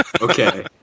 Okay